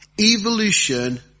evolution